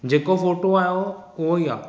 जेको फोटो आयो उहो ई आहे